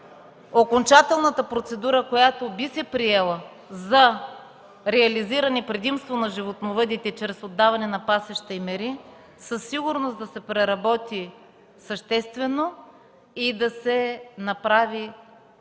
окончателната процедура, която би се приела за реализиране на предимство на животновъдите чрез отдаване на пасища и мери, със сигурност да се преработи съществено и да се направи